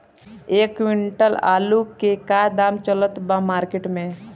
एक क्विंटल आलू के का दाम चलत बा मार्केट मे?